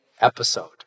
episode